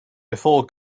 before